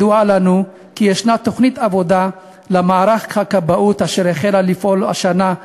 ידוע לנו שיש תוכנית עבודה למערך הכבאות אשר החלה לפעול השנה,